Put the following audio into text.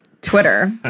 Twitter